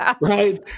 right